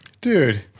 Dude